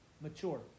Mature